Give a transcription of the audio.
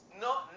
No